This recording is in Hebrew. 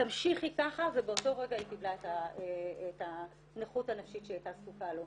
תמשיכי ככה" ובאותו רגע היא קיבלה את הנכות הנפשית שהיא הייתה זקוקה לה.